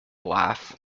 laugh